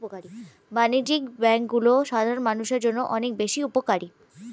বাণিজ্যিক ব্যাংকগুলো সাধারণ মানুষের জন্য অনেক বেশি উপকারী